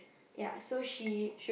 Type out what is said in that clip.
ya so she